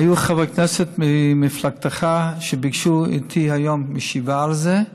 היו חברי כנסת ממפלגתך שביקשו איתי היום ישיבה על זה,